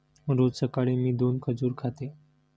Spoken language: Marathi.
रोज सकाळी मी दोन खजूर खाते